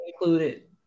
included